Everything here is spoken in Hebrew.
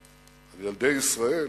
על ילדי ישראל,